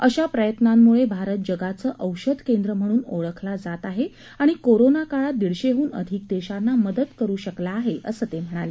अशा प्रयत्नांमुळेत भारत जगाचं औषध केंद्र म्हणून ओळखला जात आहे आणि कोरोना काळात दीडशेहन अधिक देशांना मदत करू शकला आहे असं ते म्हणाले